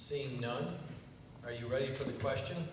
seem known are you ready for the question